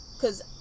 Cause